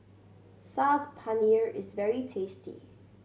Saag Paneer is very tasty